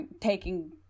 taking